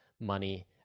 money